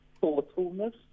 thoughtfulness